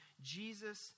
Jesus